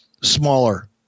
smaller